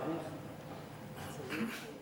סעיפים 1